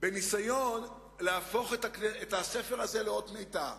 בניסיון להפוך את הספר לאות מתה.